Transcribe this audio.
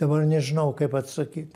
dabar nežinau kaip atsakyt